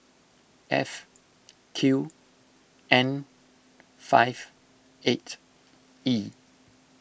F Q N five eight E